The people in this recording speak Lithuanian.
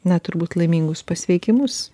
na turbūt laimingus pasveikimus